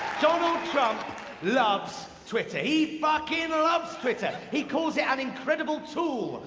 donald trump loves twitter. he fucking loves twitter. he calls it an incredible tool,